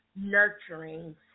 nurturing